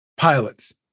pilots